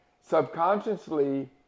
subconsciously